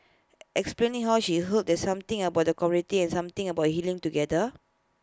explaining how she healed there's something about the community and something about healing together